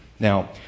Now